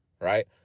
right